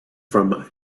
from